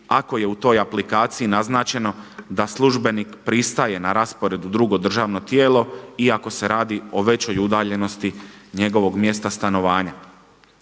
ako je u toj aplikaciji naznačeno da službenik pristaje na raspored u drugo državno tijelo i ako se radi o većoj udaljenosti njegovog mjesta stanovanja.